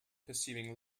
pursuing